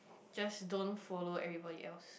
just don't follow everybody else